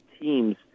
teams